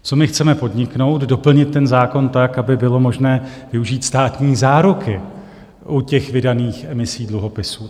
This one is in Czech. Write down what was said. Co my chceme podniknout, doplnit zákon tak, aby bylo možné využít státní záruky u vydaných emisí dluhopisů.